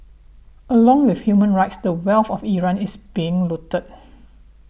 along with human rights the wealth of Iran is being looted